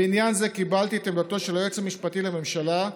בעניין זה קיבלתי את עמדתו של היועץ המשפטי לממשלה,